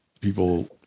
people